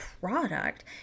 product